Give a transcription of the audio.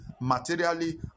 materially